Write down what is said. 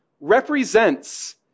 represents